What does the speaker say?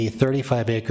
35-ACRE